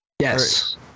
yes